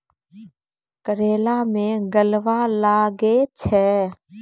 करेला मैं गलवा लागे छ?